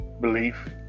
belief